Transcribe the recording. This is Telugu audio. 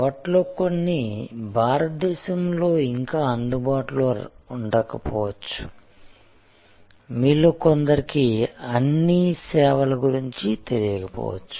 వాటిలో కొన్ని భారతదేశంలో ఇంకా అందుబాటులో ఉండకపోవచ్చు మీలో కొందరికి అన్నీ సేవల గురించి తెలియకపోవచ్చు